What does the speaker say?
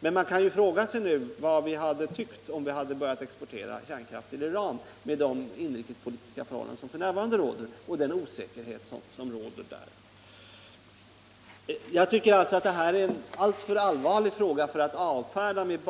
Men man kan fråga sig vad vi hade tyckt om Sverige hade börjat exportera kärnkraft till Iran — med de inrikespolitiska förhållanden och den osäkerhet som f. n. råder där. Jag tycker att det här är en alltför allvarlig fråga för att avfärdas med